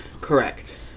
Correct